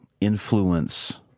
influence